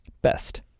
Best